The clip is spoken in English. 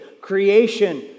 creation